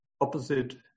opposite